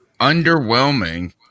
Underwhelming